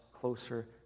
closer